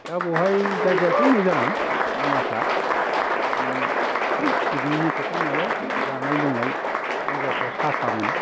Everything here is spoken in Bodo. दा बेवहाय जायगायाथ' मोजां मानासा माने पिकनिकनि खोथा नालाय जानाय लोंनाय जायगाफ्रा साफामोन